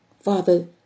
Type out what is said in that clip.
Father